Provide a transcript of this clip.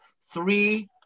three